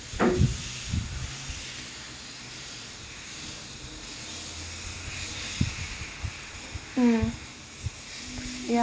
mm ya